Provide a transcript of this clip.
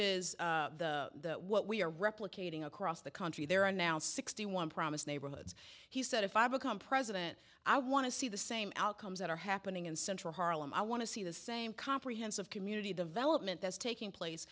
is the what we are replicating across the country there are now sixty one promised neighborhoods he said if i become president i want to see the same outcomes that are happening in central harlem i want to see the same comprehensive community development that's taking place